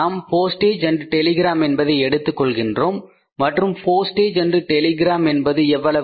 நாம் போஸ்டேஜ் மற்றும் டெலிகிராம் என்பதை எடுத்துக் கொள்ளவேண்டும் மற்றும் போஸ்டேஜ் மற்றும் டெலிகிராம் என்பது எவ்வளவு